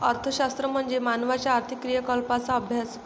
अर्थशास्त्र म्हणजे मानवाच्या आर्थिक क्रियाकलापांचा अभ्यास